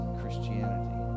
christianity